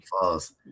false